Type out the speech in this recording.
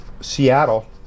Seattle